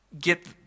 get